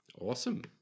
Awesome